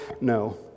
No